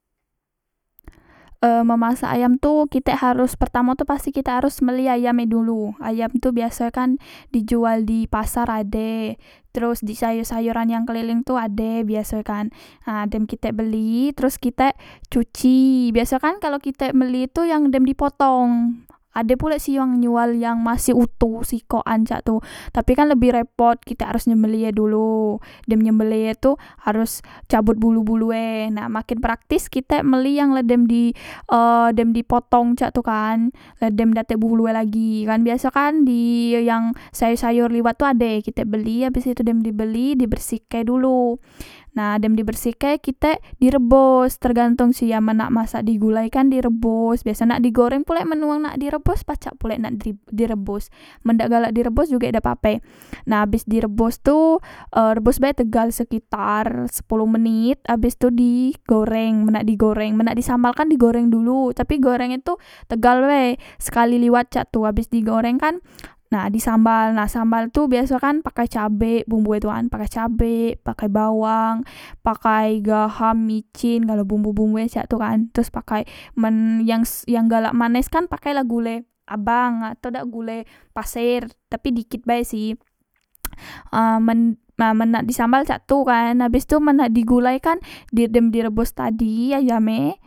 E memasak ayam tu kitek harus pertamo tu kitek harus beli ayam e dulu ayam tu biaso e kan dijual di pasar ade teros di sayor sayoran yang keleleng tu ade biasoe kan nah dem kitek beli teros kite cuci biasoe kan kalok kitek beli tu yang la dem dipotong ade pulek sih wong njual yang masih otoh sikokan cak tu tapi kan lebih repot kitek harus nyembelih e dulu dem nyembelih e tu harus cabut bulu bulu nak maken praktis kitek beli yang la dem di e dem di potong cak tu kan la dem dak tek bulue lagi biaso kan di yang sayor sayor liwat tu ade kitek beli abes itu dem di beli di bersihke dulu nah dem di bersihke kitek direbus tergantong si amen nak masak di gulai kan direbos biasoe nak di goreng pulek men wang nak di rebos pacak pulek men nak di rebos men dak galak direbos jugek dak pape nah abes direbos tu e rebos be tegal sekitar sepolo menit abes itu di goreng men nak digoreng men nak di sambal kan digoreng dulu tapi goreng e tu tegal bae sekali liwat caktu abes digoreng kan na di sambal na sambal tu biasoe kan pakai cabek bumbu e tu kan pakai cabe pakai bawang pakai gaham micin galo bumbu bumbue cak tukan teros pakai men yang yang galak manes kan pakae lah gule abang atau dak gule paser tapi dikit bae sih e men nah men nak disambal cak tu kan na abes tu men nak digulai kan di dem di rebos tadi ayam e